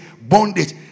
bondage